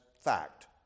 fact